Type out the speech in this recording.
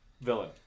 villain